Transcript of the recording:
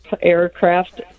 aircraft